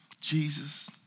Jesus